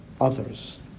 others